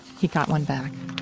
he got one back